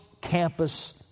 campus